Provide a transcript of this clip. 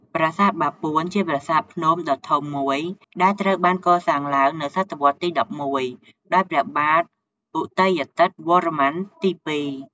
ប្រាសាទបាពួន ជាប្រាសាទភ្នំដ៏ធំមួយដែលត្រូវបានកសាងឡើងនៅសតវត្សរ៍ទី ១១ ដោយព្រះបាទឧទ័យាទិត្យវរ្ម័នទី ២។